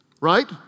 right